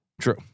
True